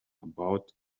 about